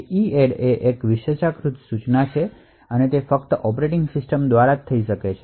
EADD એ એક વિશેષાધિકૃત સૂચના છે અને તે ફક્ત ઓપરેટિંગ સિસ્ટમ દ્વારા જ થઈ શકે છે